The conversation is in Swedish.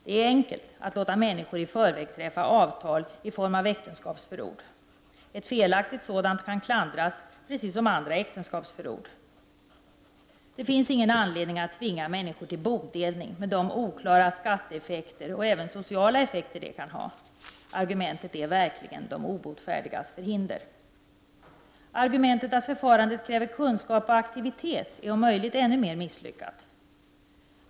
Det är enkelt att låta människor i förväg träffa avtal i form av äktenskapsförord. Ett felaktigt sådant kan klandras, precis som andra äktenskapsförord. Det finns ingen anledning att tvinga människor till bodelning med de oklara skatteeffekter och även sociala effekter det kan ha. Argumentet är verkligen de obotfärdigas förhinder. Argumentet att förfarandet kräver kunskap och aktivitet är om möjligt ännu mer misslyckat.